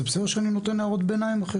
זה בסדר שאני נותן הערות ביניים אחרי